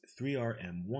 3RM1